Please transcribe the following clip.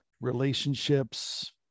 relationships